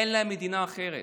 אין להם מדינה אחרת.